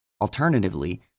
Alternatively